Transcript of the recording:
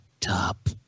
top